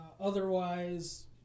Otherwise